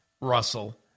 Russell